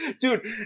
Dude